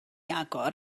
agor